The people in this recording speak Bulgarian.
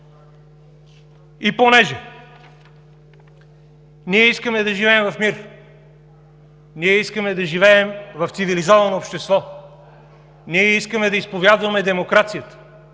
И понеже ние искаме да живеем в мир, искаме да живеем в цивилизовано общество, искаме да изповядваме демокрацията,